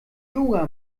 yoga